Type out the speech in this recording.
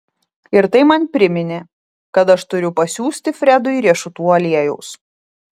ir tai man priminė kad aš turiu pasiųsti fredui riešutų aliejaus